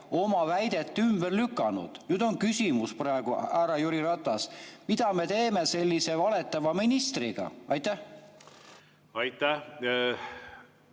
oma väidet ümber lükanud. Nüüd on küsimus, härra Jüri Ratas: mida me teeme sellise valetava ministriga? Aitäh! Ma